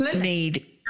need